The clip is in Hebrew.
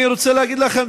אני רוצה להגיד לכם